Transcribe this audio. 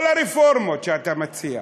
כל הרפורמות שאתה מציע,